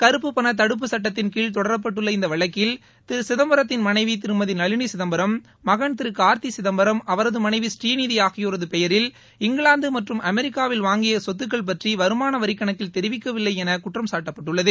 கறுப்புப்பண தடுப்பு சட்டத்தின் கீழ் தொடரப்பட்டுள்ள இந்த வழக்கில் திரு சிதம்பரத்தின் மனைவி திருமதி நளினி சிதம்பரம் மகன் திரு கார்த்தி சிதம்பரம் அவரது மனைவி ஸ்ரீநிதி ஆகியோரது பெயரில் இங்கிலாந்து மற்றும் அமெரிக்காவில் வாங்கிய சொத்துக்கள் பற்றி வருமான வரிக்கணக்கில் தெரிவிக்கவில்லை என குற்றம்சாட்டப்பட்டுள்ளது